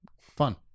Fun